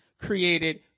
created